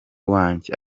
wanjye